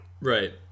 Right